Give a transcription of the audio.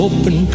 Open